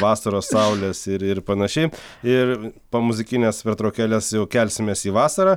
vasaros saulės ir ir panašiai ir po muzikinės pertraukėlės jau kelsimės į vasarą